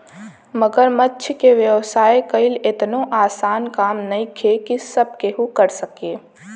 मगरमच्छ के व्यवसाय कईल एतनो आसान काम नइखे की सब केहू कर सके